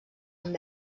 amb